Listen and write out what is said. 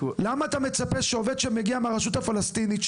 למה אתה מצפה שעובד שמגיע מהרשות הפלסטינית,